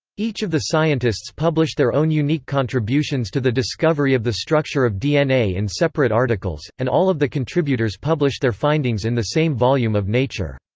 each of the scientists published their own unique contributions to the discovery of the structure of dna in separate articles, and all of the contributors published their findings in the same volume of nature.